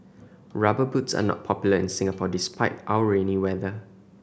Rubber Boots are not popular in Singapore despite our rainy weather